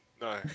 No